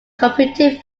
computing